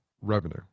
revenue